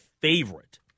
favorite